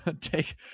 take